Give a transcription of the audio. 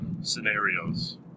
scenarios